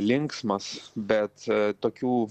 linksmas bet tokių